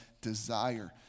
desire